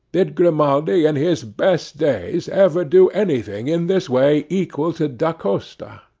did grimaldi, in his best days, ever do anything in this way equal to da costa?